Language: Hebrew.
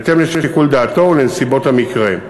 בהתאם לשיקול דעתו ולנסיבות המקרה,